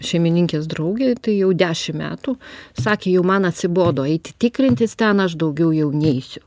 šeimininkės draugė tai jau dešim metų sakė jau man atsibodo eiti tikrintis ten aš daugiau jau neisiu